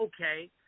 okay